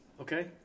Okay